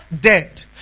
dead